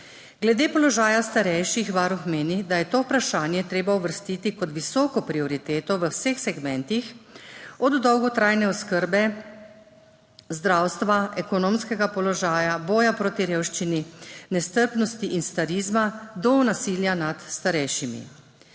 Glede položaja starejših Varuh meni, da je to vprašanje treba uvrstiti kot visoko prioriteto v vseh segmentih, od dolgotrajne oskrbe, zdravstva, ekonomskega položaja, boja proti revščini, nestrpnosti in starizma do nasilja nad starejšimi.